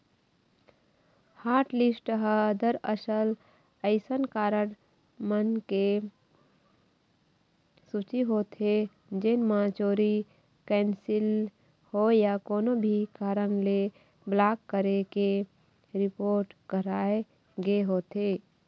hotlist ह दरअसल अइसन कारड मन के सूची होथे जेन म चोरी, कैंसिल होए या कोनो भी कारन ले ब्लॉक करे के रिपोट कराए गे होथे